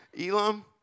Elam